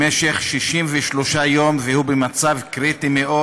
במשך 63 יום, והוא במצב קריטי מאוד.